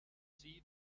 seat